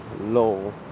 low